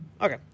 Okay